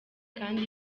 kandi